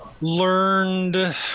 learned